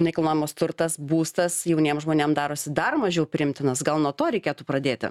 nekilnojamas turtas būstas jauniem žmonėm darosi dar mažiau priimtinas gal nuo to reikėtų pradėti